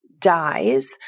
Dies